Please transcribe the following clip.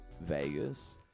Vegas